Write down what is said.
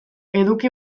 eduki